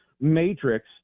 matrix